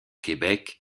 québec